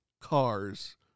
cars